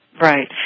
Right